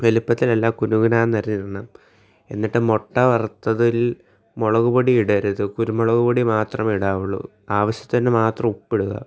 വലുപ്പത്തിലല്ല കുനു കുനാ എന്ന് അരിഞ്ഞിടണം എന്നിട്ട് മൊട്ട വറുത്തതിൽ മുളകുപൊടി ഇടരുത് കുരുമുളകുപൊടി മാത്രമേ ഇടാവൊള്ളൂ ആവശ്യത്തിന് മാത്രം ഉപ്പിടുക